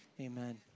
amen